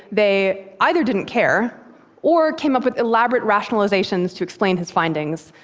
they either didn't care or came up with elaborate rationalizations to explain his findings,